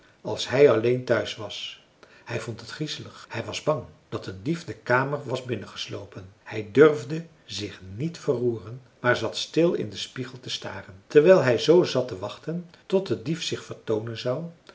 als hij alleen thuis was hij vond het griezelig hij was bang dat een dief de kamer was binnengeslopen hij durfde zich niet verroeren maar zat stil in den spiegel te staren terwijl hij zoo zat te wachten tot de dief zich vertoonen zou